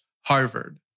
Harvard